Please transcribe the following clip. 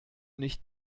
nicht